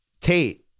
Tate